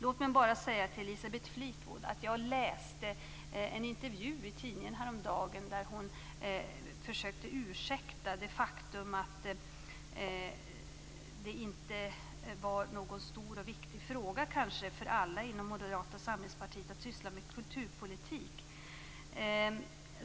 Låt mig bara säga till Elisabeth Fleetwood att jag läste en intervju i tidningen häromdagen där hon försökte ursäkta det faktum att det inte var någon stor och viktig fråga för alla inom Moderata samlingspartiet att syssla med kulturpolitik.